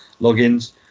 logins